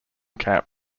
camp